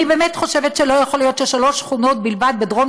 אני באמת חושבת שלא יכול להיות ששלוש שכונות בלבד בדרום